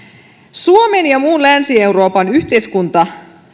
suomen ja muun länsi euroopan